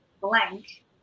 blank